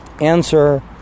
Answer